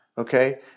Okay